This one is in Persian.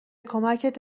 کمکت